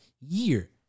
year